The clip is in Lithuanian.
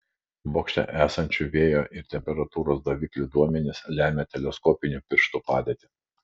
bokšte esančių vėjo ir temperatūros daviklių duomenys lemią teleskopinių pirštų padėtį